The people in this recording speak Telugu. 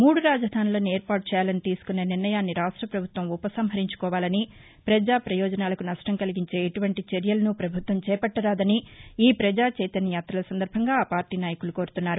మూడు రాజధానులను ఏర్పాటు చేయాలని తీసుకున్న నిర్ణయాన్ని రాష్ట్రపభుత్వం ఉప సంహరించుకోవాలని ప్రజా ప్రయోజనాలకు నష్టం కలిగించే ఎటువంటి చర్యలను ప్రభుత్వం చేపట్టరాదని ఈ ప్రజా చైతన్యయాతల సందర్బంగా ఆ పార్లీ నాయకులు కోరుతున్నారు